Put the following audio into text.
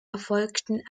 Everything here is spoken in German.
erfolgten